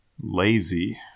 Lazy